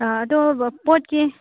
ꯑꯗꯨ ꯄꯣꯠꯇꯤ